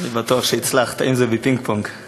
אני בטוח שהצלחת, אם זה בפינג-פונג.